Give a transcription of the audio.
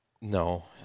No